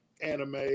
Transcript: anime